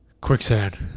Quicksand